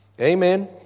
Amen